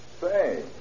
Say